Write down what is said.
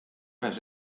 ühes